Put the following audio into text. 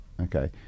Okay